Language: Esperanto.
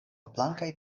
blankaj